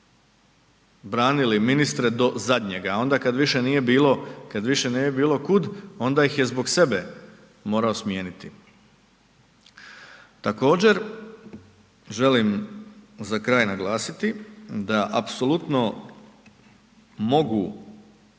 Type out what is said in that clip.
branili ministre do zadnjega a onda kada više nije bilo kud, onda ih je zbog sebe morao smijeniti. Također, želim za kraj naglasiti da apsolutno mogu